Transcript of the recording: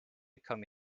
komme